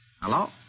Hello